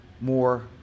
more